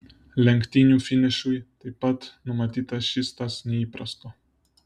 lenktynių finišui taip pat numatyta šis tas neįprasto